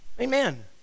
Amen